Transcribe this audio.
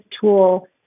tool